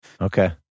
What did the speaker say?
Okay